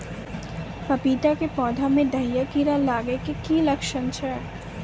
पपीता के पौधा मे दहिया कीड़ा लागे के की लक्छण छै?